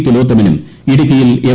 തിലോത്തമനും ഇടുക്കിയിൽ എം